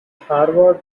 harvard